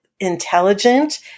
Intelligent